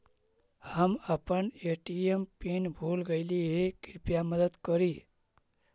हम अपन ATM PIN भूल गईली हे, कृपया मदद करी